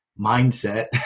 mindset